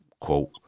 quote